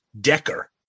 Decker